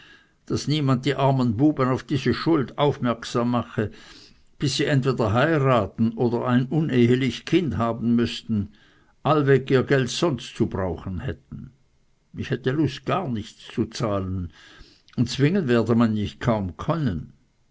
daß niemand die armen buben auf diese schuld aufmerksam mache bis sie entweder heiraten oder ein unehlich kind haben müßten allweg ihr geld sonst zu brauchen hätten ich hätte lust gar nichts zu zahlen und zwingen werde man mich kaum können